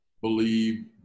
believe